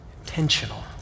Intentional